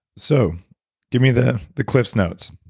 so give me the the cliff notes.